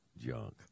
junk